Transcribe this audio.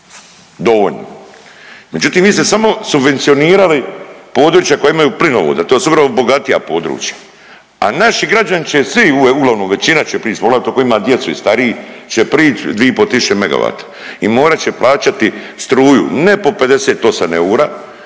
Međutim, vi ste samo subvencionirali područja koja imaju plinovode, to su vrlo bogatija područja, a naši građani će svi uglavnom većina će poglavito ko ima djecu i stariji će prić 2,5 tisuće MW i morat će plaćati struju ne po 58 eura